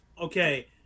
Okay